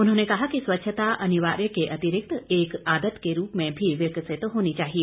उन्होंने कहा कि स्वच्छता अनिवार्य के अंतिरिक्त एक आदत के रूप में भी विकसित होनी चाहिए